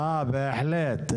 אה, בהחלט.